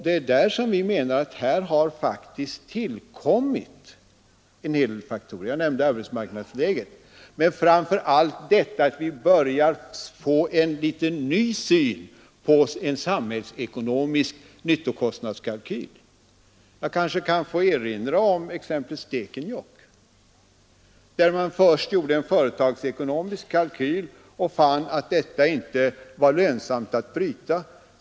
Det är där vi menar att det faktiskt har tillkommit en hel del faktorer — jag nämnde arbetsmarknadsläget men framför allt detta att vi börjar få en ny syn på en samhällsekonomisk nyttokostnadskalkyl. Jag kanske kan få erinra om exempelvis Stekenjokk, där man först gjorde en företagsekonomisk kalkyl och fann att brytningen inte var lönsam.